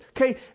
Okay